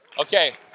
Okay